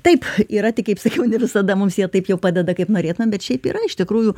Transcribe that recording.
taip yra tik kaip sakiau ne visada mums jie taip jau padeda kaip norėtumėm bet šiaip yra iš tikrųjų